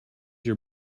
your